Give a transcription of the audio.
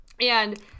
And-